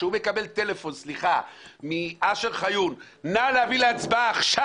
הוא יקבל טלפון מאשר חיון: נא להביא להצבעה עכשיו.